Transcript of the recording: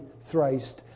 thrice